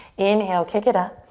inhale, kick it up.